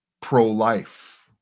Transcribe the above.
pro-life